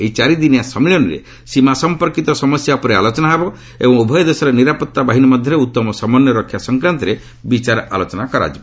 ଏହି ଚାରି ଦିନିଆ ସମ୍ମିଳନୀରେ ସୀମା ସମ୍ପର୍କିତ ସମସ୍ୟା ଉପରେ ଆଲୋଚନା ହେବ ଏବଂ ଉଭୟ ଦେଶର ନିରପତ୍ତା ବାହିନୀ ମଧ୍ୟରେ ଉତ୍ତମ ସମନ୍ୱୟ ରକ୍ଷା ସଂକ୍ରାନ୍ତରେ ବିଚାର ଆଲୋଚନା ହେବ